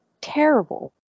terrible